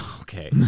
okay